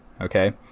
Okay